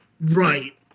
Right